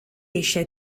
eisiau